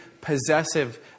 possessive